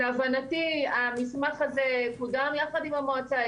להבנתי, המסמך הזה קודם יחד עם המועצה.